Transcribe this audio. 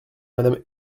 madame